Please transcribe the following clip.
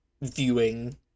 viewing